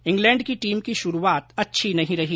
England की team की शुरूआत अच्छी नहीं रही